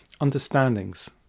understandings